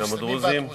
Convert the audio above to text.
וגם הדרוזים.